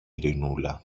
ειρηνούλα